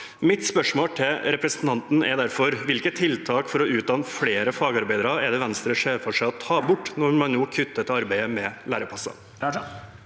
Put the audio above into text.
Mitt spørsmål til representanten er derfor: Hvilke tiltak for å utdanne flere fagarbeidere er det Venstre ser for seg å ta bort når man nå kutter i dette arbeidet med læreplasser?